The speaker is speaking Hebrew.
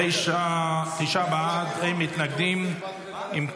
ההצעה להעביר את